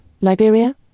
Liberia